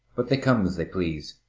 but they come as they please.